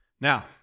Now